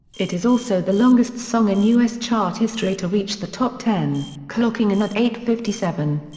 it is also the longest song in us chart history to reach the top ten, clocking in at eight fifty seven.